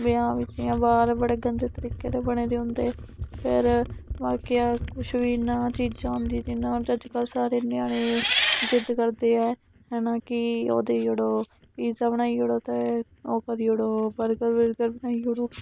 ब्याहें बिच्च जां बाह्र बड़े गंदे तरीके दे बने दे होन्दे फेर बाकी अस कुछ बी इयां चीजां होंदी ते अज्जकल सारे न्याणे जिद्द करदे ऐ है ना कि ओह् देई उड़ो पीजा बनाई उड़ो ते ओह् करी उड़ो बर्गर बुर्गर बनाई ओड़ो